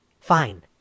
Fine